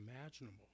imaginable